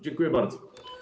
Dziękuję bardzo.